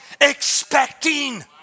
Expecting